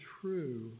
true